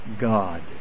God